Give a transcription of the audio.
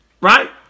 right